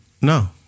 No